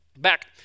Back